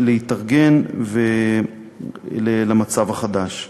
להתארגן למצב החדש.